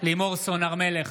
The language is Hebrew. לימור סון הר מלך,